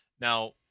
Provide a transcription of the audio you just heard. Now